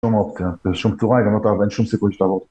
שום אופציה, בשום צורה אין שום סיכוי שהיא תעבור.